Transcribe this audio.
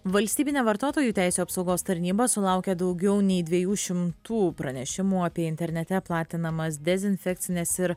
valstybinė vartotojų teisių apsaugos tarnyba sulaukė daugiau nei dviejų šimtų pranešimų apie internete platinamas dezinfekcines ir